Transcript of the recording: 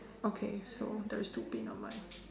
okay so there is two pin on my